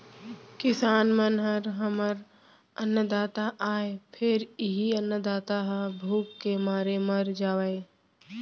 किसान मन ह हमर अन्नदाता आय फेर इहीं अन्नदाता ह भूख के मारे मर जावय